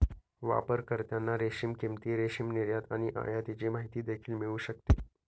वापरकर्त्यांना रेशीम किंमती, रेशीम निर्यात आणि आयातीची माहिती देखील मिळू शकते